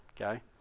okay